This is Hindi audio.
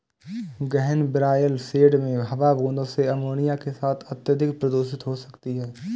गहन ब्रॉयलर शेड में हवा बूंदों से अमोनिया के साथ अत्यधिक प्रदूषित हो सकती है